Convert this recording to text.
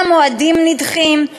והמועדים נדחים,